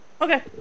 Okay